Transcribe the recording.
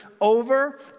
over